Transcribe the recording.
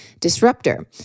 disruptor